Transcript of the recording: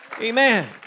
Amen